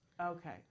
Okay